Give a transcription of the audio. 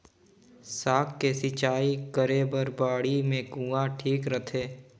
साग के सिंचाई करे बर बाड़ी मे कुआँ ठीक रहथे?